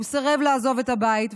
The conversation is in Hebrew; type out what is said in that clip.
הוא סירב לעזוב את הבית,